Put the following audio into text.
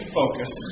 focus